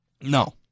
No